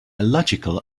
illogical